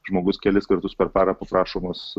žmogus kelis kartus per parą paprašomas